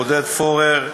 עודד פורר,